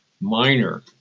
minor